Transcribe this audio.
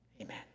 Amen